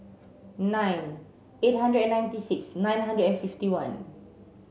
nine eight hundred and ninety six nine hundred and fifty one